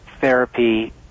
therapy